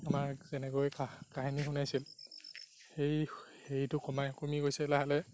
আমাক যেনেকৈ কাহ কাহিনী শুনাইছিল সেই হেৰিটো কমাই কমি গৈছে লাহে লাহে